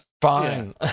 fine